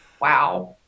wow